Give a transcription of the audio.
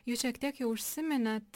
jūs šiek tiek jau užsiminėt